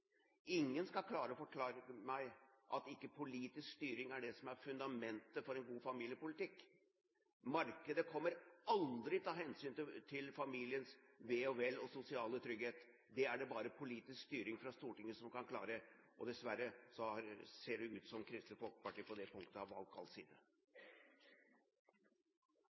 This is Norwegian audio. Ingen skal klare å forklare for meg at ikke politisk styring er fundamentet for en god familiepolitikk. Markedet kommer aldri til å ta hensyn til familiens ve og vel og sosiale trygghet. Det er det bare politisk styring fra Stortinget som kan klare, og dessverre ser det ut som at Kristelig Folkeparti har valgt gal side på det punktet.